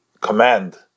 command